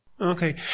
Okay